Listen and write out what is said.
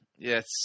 Yes